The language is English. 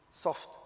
soft